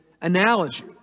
analogy